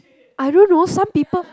I don't know some people